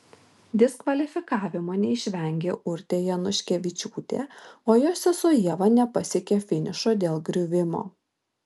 diskvalifikavimo neišvengė urtė januškevičiūtė o jos sesuo ieva nepasiekė finišo dėl griuvimo